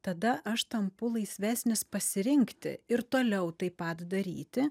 tada aš tampu laisvesnis pasirinkti ir toliau taip pat daryti